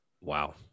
Wow